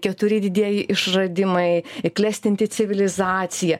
keturi didieji išradimai klestinti civilizacija